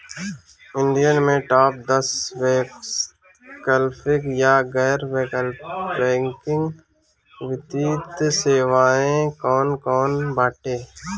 India में top दस वैकल्पिक या गैर बैंकिंग वित्तीय सेवाएं कौन कोन बाटे?